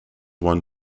one